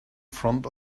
front